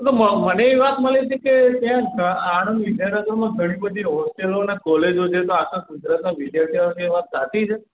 તો મને એવી વાત મળી હતી કે ત્યાં આણંદ વિદ્યાનગરમાં ઘણી બધી હોસ્ટેલો અને કોલેજો છે તો આખા ગુજરાતના વિધાર્થીઓ આવે છે એ વાત સાચી છે